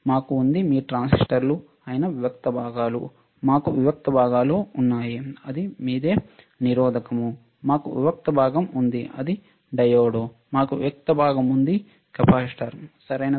మాకు ఉంది మీ ట్రాన్సిస్టర్లు అయిన వివిక్త భాగాలు మాకు వివిక్త భాగాలు ఉన్నాయి అది మీదే నిరోధకము మాకు వివిక్త భాగం ఉంది అది మీ డయోడ్ మాకు వివిక్త భాగం ఉంది మీ కెపాసిటర్ సరియైనదా